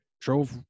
drove